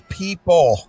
people